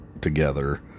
together